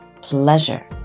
pleasure